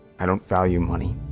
i don't value money.